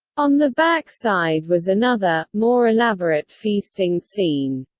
on the back side was another, more elaborate feasting scene.